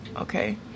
okay